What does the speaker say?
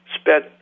spent